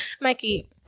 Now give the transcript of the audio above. Mikey